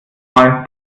mal